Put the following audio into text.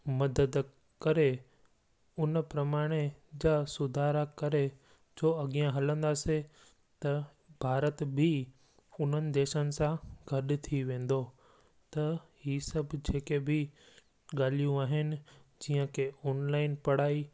मदद करे हुन प्रमाणे जा सुधारा करे जो अॻियां हलंदासीं त भारत बि उन्हनि देशनि सां गॾु थी वेंदो त ई सभु जेके बि ॻाल्हियूं आहिनि जीअं की ऑनलाइन पढ़ाई